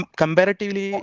comparatively